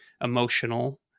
emotional